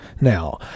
now